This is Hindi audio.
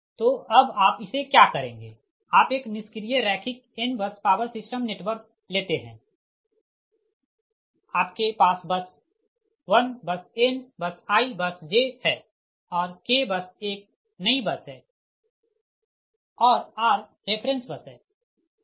तो अब आप इसे क्या करेंगे आप एक निष्क्रिय रैखिक n bus power system network लेते हैं आपके पास bus 1 bus n bus i bus j है और k बस एक नई बस है और r रेफ़रेंस बस है